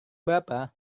berapa